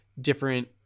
different